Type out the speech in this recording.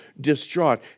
distraught